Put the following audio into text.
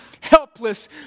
Helpless